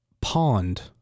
Pond